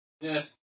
Yes